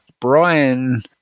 Brian